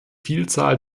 vielzahl